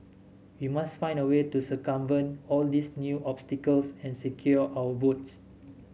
we must find a way to circumvent all these new obstacles and secure our votes